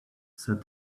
said